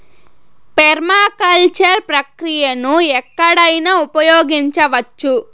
permaculture ప్రక్రియను ఎక్కడైనా ఉపయోగించవచ్చు